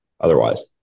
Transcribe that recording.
otherwise